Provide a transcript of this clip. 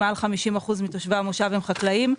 מעל 50% מתושבי המושב הם חקלאים.